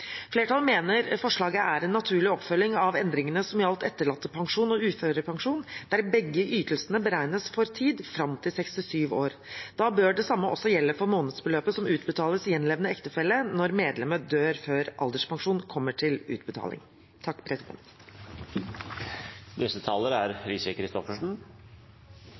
Flertallet mener forslaget er en naturlig oppfølging av endringene som gjaldt etterlattepensjon og uførepensjon, der begge ytelsene beregnes for tid fram til 67 år. Da bør det samme også gjelde for månedsbeløpet som utbetales gjenlevende ektefelle når medlemmet dør før alderspensjon kommer til utbetaling. Først en takk til saksordføreren. Det er